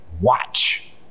watch